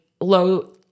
low